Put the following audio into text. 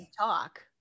talk